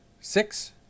six